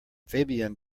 fabian